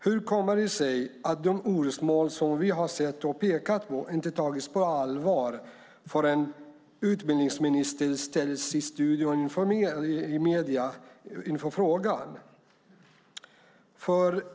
Hur kommer det sig att de orosmoln som vi har sett och pekat på inte har tagits på allvar förrän utbildningsministern i medierna ställs inför frågan?